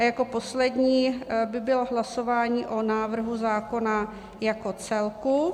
A jako poslední by bylo hlasování o návrhu zákona jako celku.